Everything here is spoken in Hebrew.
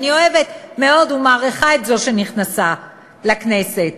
ואני אוהבת מאוד ומעריכה את זו שנכנסה לכנסת,